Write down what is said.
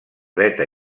dreta